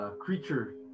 creature